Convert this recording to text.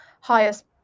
highest